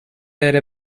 era